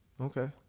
Okay